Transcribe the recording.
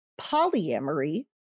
polyamory